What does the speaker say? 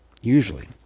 usually